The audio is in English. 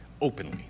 openly